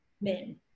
men